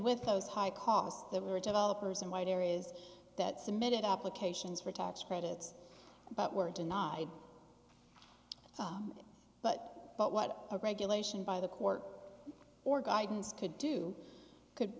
with those high costs there were developers and white hair is that submitted applications for tax credits but were denied but but what a regulation by the court or guidance could do could